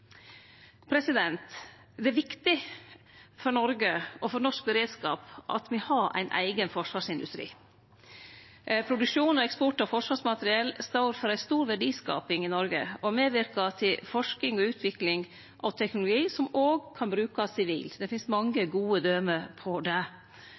Det er viktig for Noreg og for norsk beredskap at me har ein eigen forsvarsindustri. Produksjon og eksport av forsvarsmateriell står for ei stor verdiskaping i Noreg og medverkar til forsking og utvikling av teknologi som òg kan brukast sivilt. Det finst mange